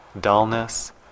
dullness